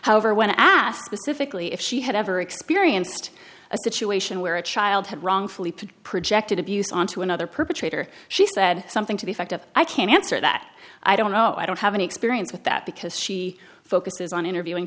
however when asked specifically if she had ever experienced a situation where a child had wrongfully put projected abuse onto another perpetrator she said something to the effect of i can't answer that i don't know i don't have any experience with that because she focuses on interviewing